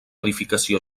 edificació